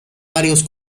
varios